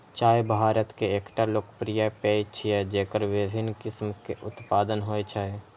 चाय भारत के एकटा लोकप्रिय पेय छियै, जेकर विभिन्न किस्म के उत्पादन होइ छै